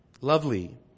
lovely